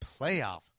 playoff